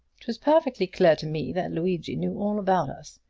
it was perfectly clear to me that luigi knew all about us.